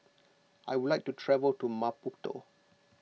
I would like to travel to Maputo